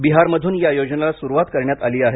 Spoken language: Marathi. बिहारमधून या योजनेला सुरुवात करण्यात आली आहे